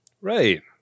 Right